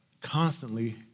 constantly